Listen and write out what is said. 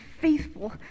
faithful